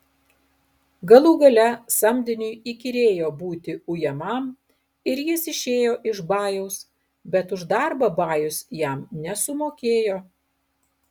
galų gale samdiniui įkyrėjo būti ujamam ir jis išėjo iš bajaus bet už darbą bajus jam nesumokėjo